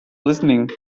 listening